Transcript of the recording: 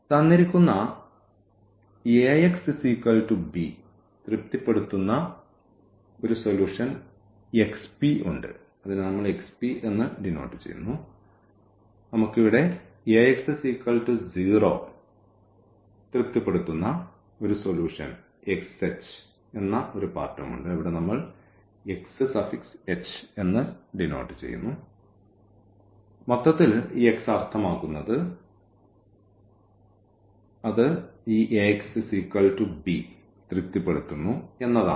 തന്നിരിക്കുന്ന Axb തൃപ്തിപ്പെടുത്തുന്ന ഒരു സൊല്യൂൻ xp ഉണ്ട് നമുക്ക് ഇവിടെ Ax0 തൃപ്തിപ്പെടുത്തുന്ന ഒരു സൊല്യൂൻ xh എന്ന ഒരു പാർട്ടും ഉണ്ട് മൊത്തത്തിൽ ഈ x അർത്ഥമാക്കുന്നത് അത് ഈ Axb തൃപ്തിപ്പെടുത്തുന്നു എന്നാണ്